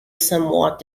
somewhat